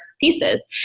pieces